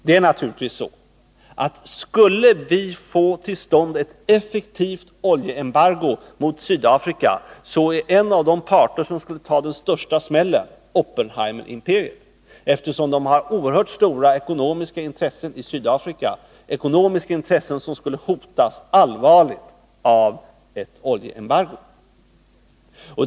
Det är naturligtvis så, att skulle vi få till stånd ett effektivt oljeembargo mot Sydafrika, då är en av de parter som skulle ta den största smällen Oppenheimerimperiet, eftersom det har oerhört stora ekonomiska intressen i Sydafrika — ekonomiska intressen som skulle hotas allvarligt av ett oljeembargo.